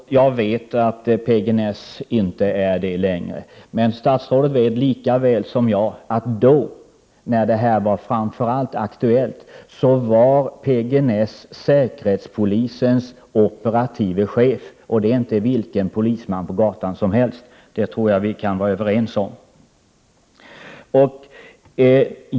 Herr talman! Ja, statsrådet, jag vet att P-G Näss inte längre är chef för säkerhetspolisen i Sverige. Statsrådet vet emellertid lika väl som jag att när det här framför allt var aktuellt så var P-G Näss säkerhetspolisens operative chef och det är inte vilken polisman på gatan som helst. Det tror jag att vi kan vara överens om.